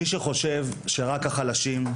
מי שחושב שרק החלשים,